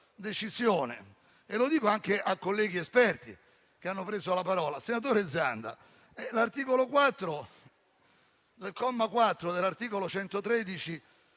decisione. Lo dico anche a colleghi esperti che hanno preso la parola. Senatore Zanda, il comma 4 dell'articolo 113